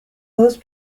those